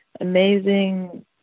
amazing